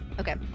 okay